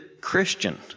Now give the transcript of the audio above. Christian